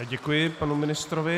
Děkuji panu ministrovi.